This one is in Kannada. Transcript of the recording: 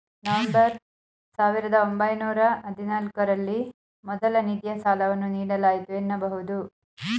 ನವೆಂಬರ್ ಸಾವಿರದ ಒಂಬೈನೂರ ಹದಿನಾಲ್ಕು ರಲ್ಲಿ ಮೊದಲ ನಿಧಿಯ ಸಾಲವನ್ನು ನೀಡಲಾಯಿತು ಎನ್ನಬಹುದು